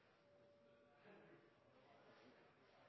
ei så god